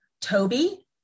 Toby